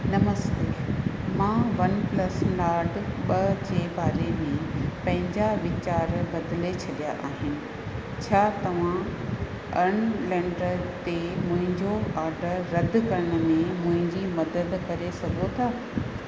नमस् मां OnePlus Nord ॿ जे बारे में पंहिंजा वीचार बदले छॾिया आहिनि छा तव्हां अनलैंडर ते मुंहिंजो ऑर्डर रद्द करण में मुंहिंजी मदद करे सघो था